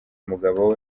umugabo